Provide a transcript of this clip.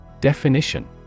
Definition